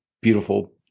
beautiful